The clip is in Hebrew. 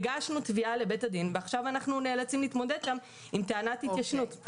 הגשנו תביעה לבית הדין ועכשיו אנחנו נאלצים להתמודד עם טענת התיישנות.